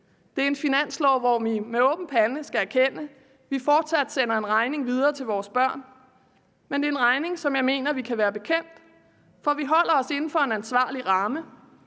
Det er en finanslov, hvor vi med åben pande skal erkende, at vi fortsat sender en regning videre til vores børn. Men det er en regning, som jeg mener vi kan være bekendt, for vi holder os inden for en ansvarlig ramme,